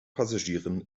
passagieren